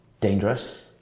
dangerous